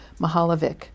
Mahalovic